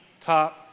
top